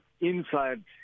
inside